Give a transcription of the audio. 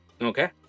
Okay